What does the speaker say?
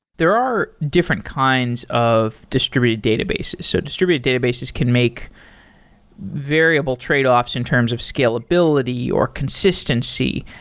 there are different kinds of distributed database so distributed databases can make variable tradeoffs in terms of scalability or consistency.